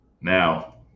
Now